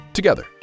together